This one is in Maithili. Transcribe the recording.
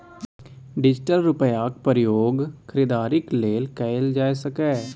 डिजिटल रुपैयाक प्रयोग खरीदारीक लेल कएल जा सकैए